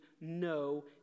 no